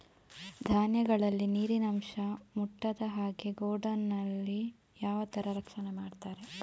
ಧಾನ್ಯಗಳಿಗೆ ನೀರಿನ ಅಂಶ ಮುಟ್ಟದ ಹಾಗೆ ಗೋಡೌನ್ ನಲ್ಲಿ ಯಾವ ತರ ರಕ್ಷಣೆ ಮಾಡ್ತಾರೆ?